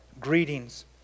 greetings